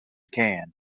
can